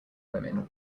women